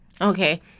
Okay